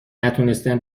نتونستم